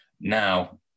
now